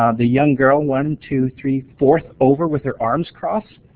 ah the young girl one, two, three, fourth over with her arms crossed.